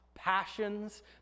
passions